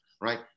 right